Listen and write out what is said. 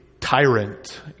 tyrant